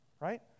right